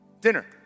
Dinner